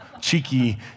cheeky